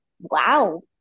wow